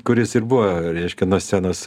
kuris ir buvo reiškia nuo scenos